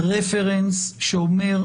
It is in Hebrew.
רפרנס שלפיו,